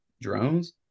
drones